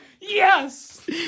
Yes